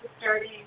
starting